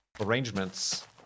arrangements